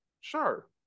Sure